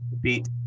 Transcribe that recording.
beat